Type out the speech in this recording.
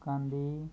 कांदे